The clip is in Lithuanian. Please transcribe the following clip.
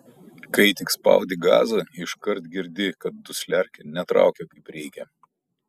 kai tik spaudi gazą iškart girdi kad dusliarkė netraukia kaip reikia